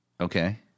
Okay